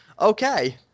Okay